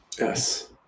Yes